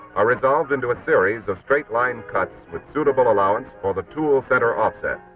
are resolved into a series of straight line cuts with suitable allowance for the tools that are offset.